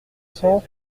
cent